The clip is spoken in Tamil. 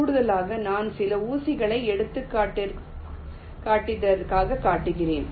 கூடுதலாக நான் சில ஊசிகளை எடுத்துக்காட்டிற்காகக் காட்டுகிறேன்